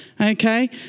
okay